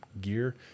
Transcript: gear